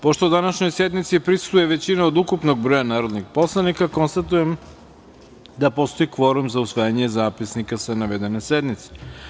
Pošto današnjoj sednici prisustvuje većina od ukupnog broja narodnih poslanika, konstatujem da postoji kvorum za usvajanje zapisnika sa navedene sednice.